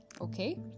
Okay